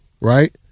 right